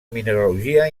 mineralogia